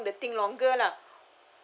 the thing longer lah